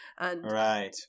right